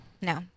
no